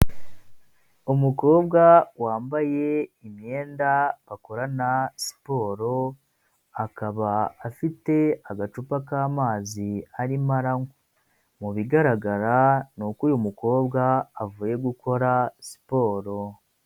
Umukobwa wambaye imyenda bakorana siporo akaba afite agacupa k'amazi ari mo aranywa mu bigaragara n'uko uyu mukobwa avuye gukora siporo.